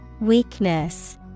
Weakness